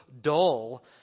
dull